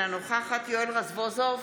אינה נוכחת יואל רזבוזוב,